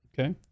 Okay